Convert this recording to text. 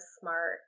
smart